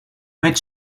met